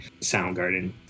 Soundgarden